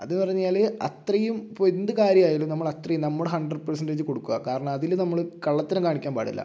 അത് പറഞ്ഞാൽ അത്രയും ഇപ്പോൾ എന്ത് കാര്യമായാലും നമ്മൾ അത്രയും നമ്മുടെ ഹൺഡ്രഡ് പെർസൻറ്റേജ് കൊടുക്കുക കാരണം അതിൽ നമ്മൾ കള്ളത്തരം കാണിക്കാൻ പാടില്ല